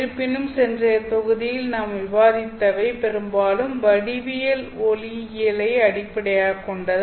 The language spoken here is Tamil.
இருப்பினும் சென்றைய தொகுதியில் நாம் விவாதித்தவை பெரும்பாலும் வடிவியல் ஒளியியலை அடிப்படையாகக் கொண்டது